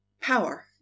Power